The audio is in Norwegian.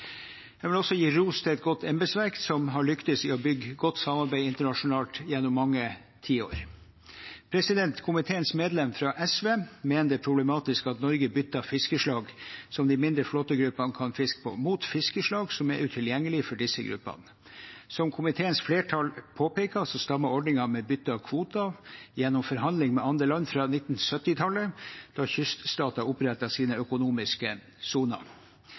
Jeg vil også gi ros til et godt embetsverk, som har lyktes i å bygge et godt samarbeid internasjonalt gjennom mange tiår. Komiteens medlem fra SV mener det er problematisk at Norge bytter fiskeslag som de mindre flåtegruppene kan fiske på, mot fiskeslag som er utilgjengelige for disse gruppene. Som komiteens flertall påpeker, stammer ordningen med bytte av kvoter gjennom forhandling med andre land fra 1970-tallet, fra da kyststater opprettet sine økonomiske soner.